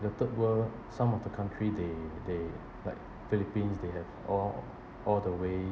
the third world some of the country they they like philippines they have all all the way~